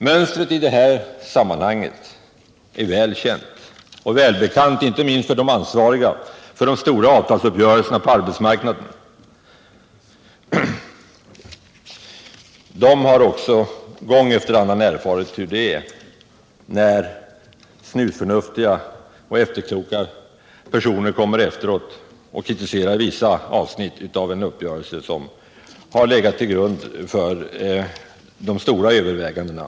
Mönstret i det här sammanhanget är välkänt och välbekant inte minst för de ansvariga för de stora avtalsuppgörelserna på arbetsmarknaden. De har gång efter annan erfarit hur det är när snusförnuftiga och efterkloka personer i efterhand kritiserar vissa avsnitt i en uppgörelse, avsnitt som varit en av förutsättningarna för de stora övervägandena.